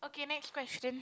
okay next question